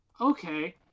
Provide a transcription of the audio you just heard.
okay